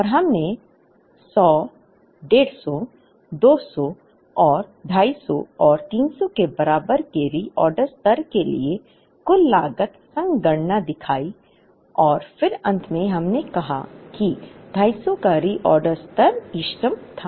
और हमने 100 150 200 और 250 और 300 के बराबर के रीऑर्डर स्तर के लिए कुल लागत संगणना दिखाई और फिर अंत में हमने कहा कि 250 का रीऑर्डर स्तर इष्टतम था